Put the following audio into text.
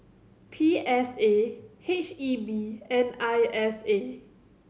P S A H E B and I S A